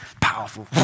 Powerful